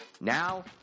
Now